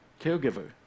caregiver